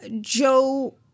joe